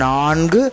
Nang